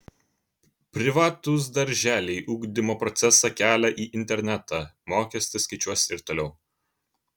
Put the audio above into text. privatūs darželiai ugdymo procesą kelia į internetą mokestį skaičiuos ir toliau